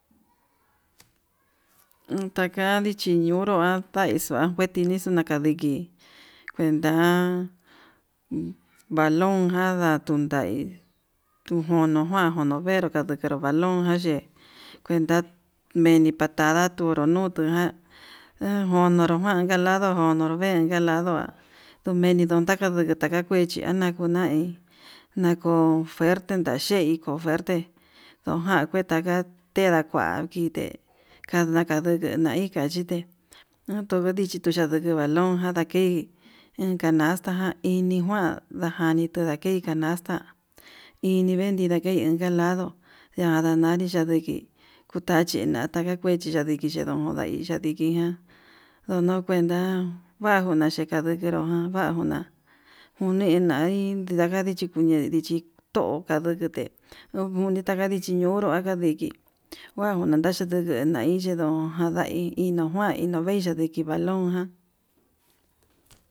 Takadi chiñuru ataixu akueti nixuu ndaka neki, kuenta balón jan ndatuntai tu njunu kuan ndunu venru ndajaro valón jan yii kuenta meni patada tuu onró nutu ján, ndajonro no'o kuan ta lado nonro ven ka lado ndomenitu taka nduku taka kue chianga kuu nai, nakon ferte ndain chei ko'o njuerte ndojan kue taka tedakuaiti, ite tandaka nuku nai kaxhite naduu dichitu nai balón jan ndakei en canasta jan iin njuan ndajanitua ndakei canasta inivei daki inka lado, ndia ndanari yanike tachi naka ndakuei chidaki yen ndai ndadiki yan ndono kuenta vanguu ndeda ndikenro njuan vanguna, njune nai kuu ñee dichi to'o kandukete nujune taka ndiche ño'o unru aka ndiki kuan undaka chinde chindai yeno ján ndanai ndino njuain indu veiya ndiki balón ján.